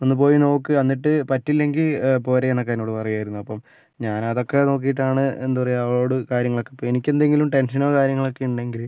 ഒന്ന് പോയി നോക്ക് അന്നിട്ട് പറ്റില്ലെങ്കിൽ പോര് എന്നൊക്കെ എന്നോട് പറയുമായിരുന്നു അപ്പം ഞാനതൊക്കെ നോക്കിയിട്ടാണ് എന്താ പറയുക അവളോട് കാര്യങ്ങളൊക്കെ ഇപ്പം എനിക്കെന്തെങ്കിലും ടെൻഷനോ കാര്യങ്ങളൊക്കെ ഉണ്ടെങ്കില്